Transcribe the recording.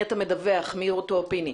אותו פיני?